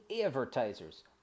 advertisers